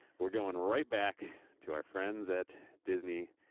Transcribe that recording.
we're going right back to our friends at disney.